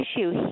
issue